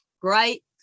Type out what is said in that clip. great